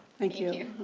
thank you.